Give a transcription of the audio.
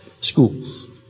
schools